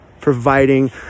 providing